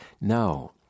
No